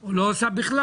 או לא עושה בכלל.